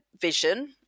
vision